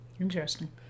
Interesting